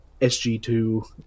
SG2